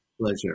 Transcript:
Pleasure